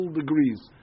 degrees